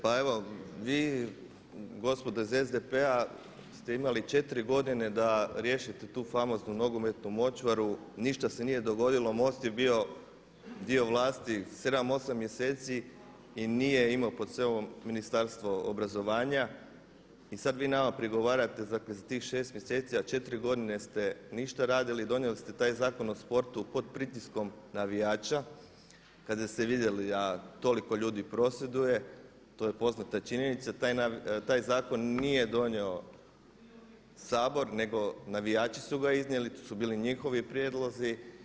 Pa evo vi gospodo iz SDP-a ste imali 4 godine da riješite tu famoznu nogometnu močvaru, ništa se nije dogodilo, MOST je bio dio vlasti 7, 8 mjeseci i nije imao pod sobom Ministarstvo obrazovanja i sada vi nama prigovarate dakle za tih 6 mjeseci a 4 godine ste ništa radili donijeli ste taj Zakon o sportu pod pritiskom navijača kada ste vidjeli da toliko ljudi prosvjeduje, to je poznata činjenica, taj zakon nije donio Sabor nego navijači su ga iznijeli, to su bili njihovi prijedlozi.